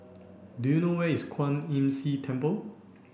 do you know where is Kwan Imm See Temple